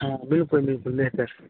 ہاں بالکل بالکللی سر